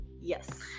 Yes